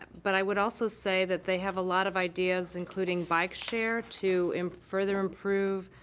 but i would also say that they have a lot of ideas including bike share to further improve